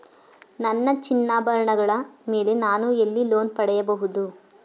ನನ್ನ ಚಿನ್ನಾಭರಣಗಳ ಮೇಲೆ ನಾನು ಎಲ್ಲಿ ಲೋನ್ ಪಡೆಯಬಹುದು?